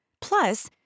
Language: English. plus